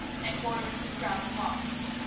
and bordered with gravel walks.